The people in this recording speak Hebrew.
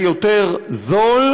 זה יותר זול,